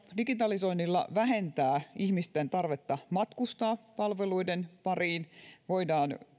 digitalisoinnilla voidaan vähentää ihmisten tarvetta matkustaa palveluiden pariin voidaan